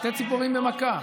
שתי ציפורים במכה.